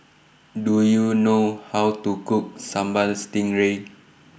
Do YOU know How to Cook Sambal Stingray